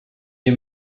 nie